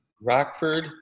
rockford